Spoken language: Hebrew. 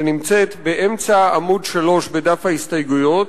שנמצאת-- באמצע עמוד 3 בדף ההסתייגויות.